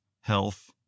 health